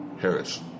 Harris